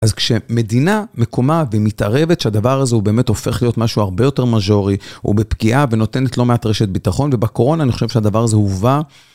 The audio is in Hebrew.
אז כשמדינה מקומה ומתערבת שהדבר הזה הוא באמת הופך להיות משהו הרבה יותר מאז'ורי, הוא בפגיעה ונותנת לא מעט רשת ביטחון, ובקורונה אני חושב שהדבר הזה הובא.